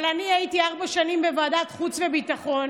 אבל אני הייתי ארבע שנים בוועדת חוץ וביטחון,